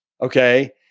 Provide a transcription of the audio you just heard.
Okay